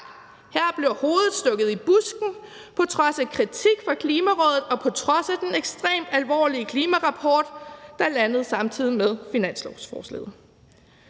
Her bliver hovedet stukket i busken på trods af kritik fra Klimarådet og på trods af den ekstremt alvorlige klimarapport, der landede samtidig med finanslovsforslaget.